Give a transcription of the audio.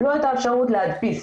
לא הייתה אפשרות להדפיס.